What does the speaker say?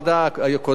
יושב-ראש הוועדה הקודם,